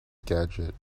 gadget